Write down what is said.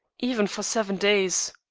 even for seven days.